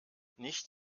nicht